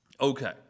okay